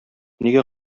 нигә